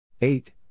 eight